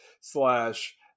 slash